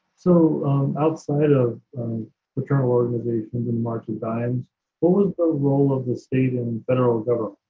so outside of paternal organizations in march of dimes what was the role of the state and federal